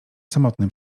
samotny